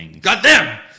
Goddamn